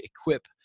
equip